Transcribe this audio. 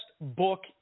book